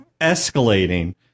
escalating